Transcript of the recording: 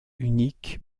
unique